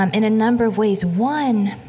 um in a number of ways. one,